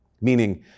Meaning